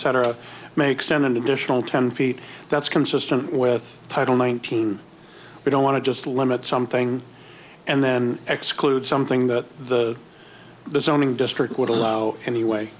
c makes an additional ten feet that's consistent with title nineteen we don't want to just limit something and then exclude something that the zoning district would allow anyway